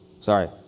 Sorry